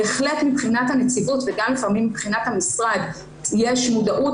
בהחלט מבחינת הנציבות וגם לפעמים מבחינת המשרד יש מודעות,